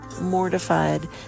mortified